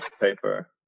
paper